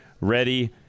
ready